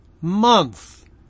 month